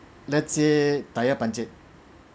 let's say tire punctured